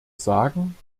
sagen